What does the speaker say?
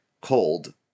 Cold